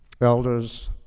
elders